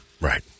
Right